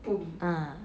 boom